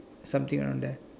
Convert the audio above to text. something around there